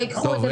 לא ייקחו את זה,